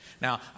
Now